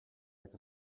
like